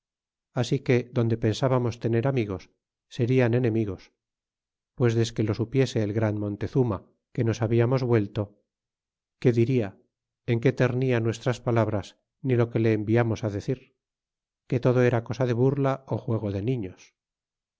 así que donde pensábamos tener amigos serian enemigos pues desque lo supiese el gran montezuma que nos hablamos vuelto qué diría en qué turnia nuestras palabras ni lo que le enviamos á decir que todo era cosa de burla juego de niños